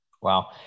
Wow